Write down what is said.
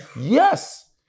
Yes